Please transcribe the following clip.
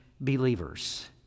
believers